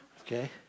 Okay